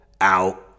out